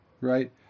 right